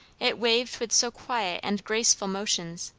it waved with so quiet and graceful motions,